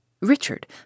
Richard